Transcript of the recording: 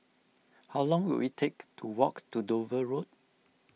how long will it take to walk to Dover Road